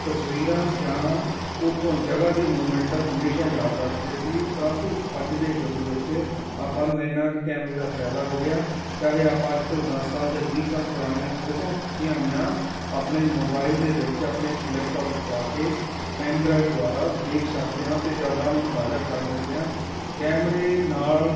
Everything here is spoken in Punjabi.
ਤਸਵੀਰਾਂ ਜਾਂ ਉੱਥੋਂ ਜਗ੍ਹਾ ਦੀ ਮੂਵਮੈਂਟ ਹਮੇਸ਼ਾ ਯਾਦ ਰੱਖਦੇ ਸੀ ਪ੍ਰੰਤੂ ਅੱਜ ਦੇ ਯੁੱਗ ਵਿੱਚ ਆਪਾਂ ਨੂੰ ਐਨਾ ਕੁ ਕੈਮਰੇ ਦਾ ਫਾਇਦਾ ਹੋ ਗਿਆ ਚਾਹੇ ਆਪਾਂ ਅੱਜ ਤੋਂ ਦਸ ਸਾਲ ਜਾਂ ਵੀਹ ਸਾਲ ਪੁਰਾਣੀਆਂ ਫੋਟੋਆਂ ਖਿੱਚੀਆਂ ਹੋਈਆਂ ਆਪਣੇ ਮੋਬਾਈਲ ਦੇ ਵਿੱਚ ਆਪਣੇ ਲੈਪਟੋਪ 'ਚ ਪਾ ਕੇ ਪੈਨ ਡਰਾਈਵ ਦੁਆਰਾ ਦੇਖ ਸਕਦੇ ਹਾਂ ਅਤੇ ਯਾਦਾਂ ਨੂੰ ਤਾਜ਼ਾ ਕਰ ਸਕਦੇ ਹਾਂ ਕੈਮਰੇ ਨਾਲ